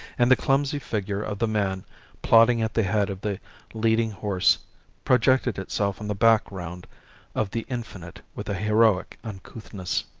and the clumsy figure of the man plodding at the head of the leading horse projected itself on the background of the infinite with a heroic uncouthness.